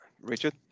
Richard